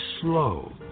slow